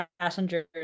passengers